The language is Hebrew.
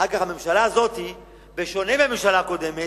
אחר כך הממשלה הזאת, בשונה מהממשלה הקודמת,